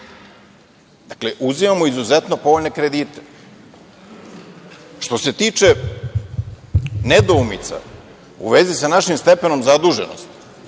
Dakle, uzimamo izuzetno povoljne kredite. Što se tiče nedoumica u vezi sa našim stepenom zaduženosti,